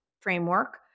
framework